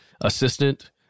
assistant